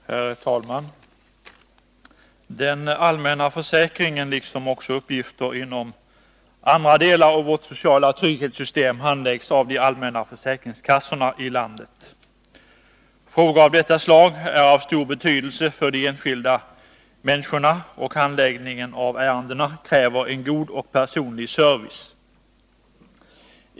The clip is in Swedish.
Herr talman! Den allmänna försäkringen liksom också uppgifter inom andra delar av vårt sociala trygghetssystem handläggs av de allmänna försäkringskassorna. Frågor av detta slag är av stor betydelse för enskilda människor, och handläggning av ärendena kräver en god och personlig service.